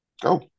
Go